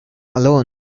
alone